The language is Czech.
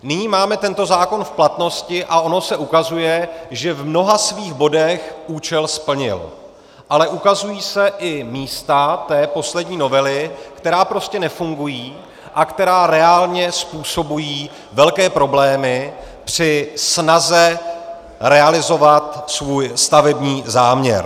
Nyní máme tento zákon v platnosti a ono se ukazuje, že v mnoha svých bodech účel splnil, ale ukazují se i místa té poslední novely, která prostě nefungují a která reálně způsobují velké problémy při snaze realizovat svůj stavební záměr.